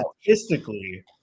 statistically